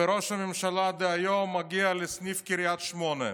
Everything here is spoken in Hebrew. וראש הממשלה דהיום מגיע לסניף קריית שמונה.